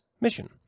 mission